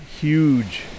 huge